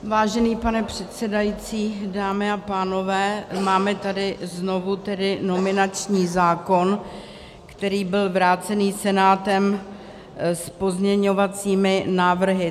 Vážený pane předsedající, dámy a pánové, máme tady znovu tedy nominační zákon, který byl vrácený Senátem s pozměňovacími návrhy.